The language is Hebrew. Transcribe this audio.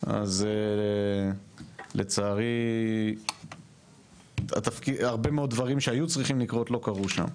אז לצערי הרבה מאוד דברים שהיו צריכים לקרות לא קרו שם,